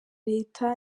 leta